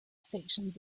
sections